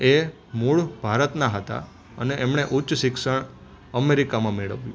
એ મૂળ ભારતના હતા અને એમણે ઉચ્ચ શિક્ષણ અમેરિકામાં મેળવ્યું